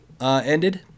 ended